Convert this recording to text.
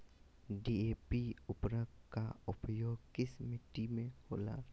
DAP उर्वरक का प्रयोग किस मिट्टी में होला?